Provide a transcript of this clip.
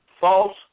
false